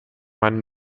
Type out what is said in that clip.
einen